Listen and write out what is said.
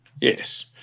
Yes